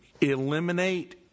eliminate